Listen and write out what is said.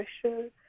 pressure